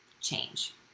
change